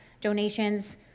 donations